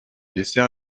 dessert